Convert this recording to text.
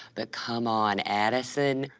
but come on. addison?